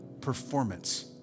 performance